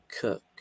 Cook